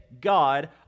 God